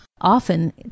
often